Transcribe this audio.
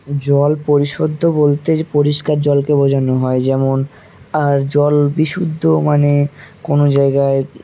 জল পরিশুদ্ধ বলতে পরিষ্কার জলকে বোঝানো হয় যেমন আর জল বিশুদ্ধ মানে কোনো জায়গায়